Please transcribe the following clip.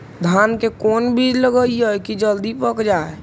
धान के कोन बिज लगईयै कि जल्दी पक जाए?